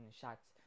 shots